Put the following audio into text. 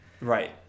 Right